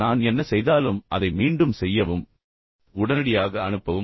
நான் என்ன செய்தாலும் அதை மீண்டும் செய்யவும் பின்னர் உடனடியாக அனுப்பவும்